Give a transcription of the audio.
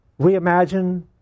reimagine